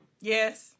yes